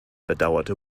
bedauerte